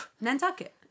Nantucket